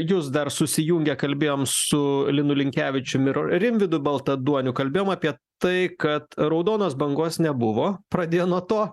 jus dar susijungę kalbėjom su linu linkevičium ir rimvydu baltaduoniu kalbėjom apie tai kad raudonos bangos nebuvo pradėjo nuo to